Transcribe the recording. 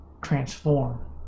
transform